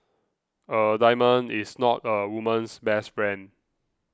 a diamond is not a woman's best friend